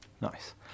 Nice